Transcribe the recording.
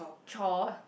chore